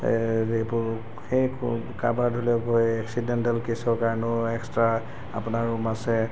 এইবোৰ সেই কাৰোবাৰ ধৰি লওক এক্সিডেণ্টেল কেছৰ কাৰণেও এক্সট্ৰা আপোনাৰ ৰূম আছে